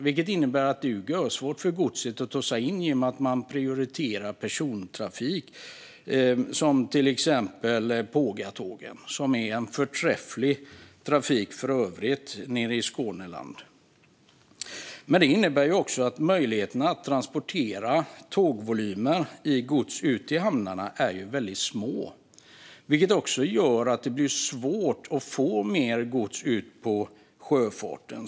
Det innebär att det är görsvårt för godset att ta sig in i och med att man prioriterar persontrafik, som till exempel Pågatågen, som för övrigt är en förträfflig trafik nere i Skåneland. Det innebär också att möjligheterna att transportera godsvolymer på tåg ut till hamnarna är väldigt små, vilket gör att det blir svårt att få mer gods ut på sjöfarten.